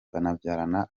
banabyarana